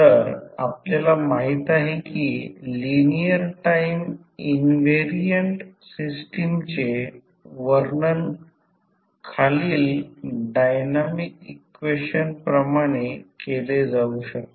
तर आपल्याला माहिती आहे की लिनिअर टाईम इंव्हेरिएंट सिस्टमचे वर्णन खालील डायनॅमिक इक्वेशन प्रमाणे केले जाऊ शकते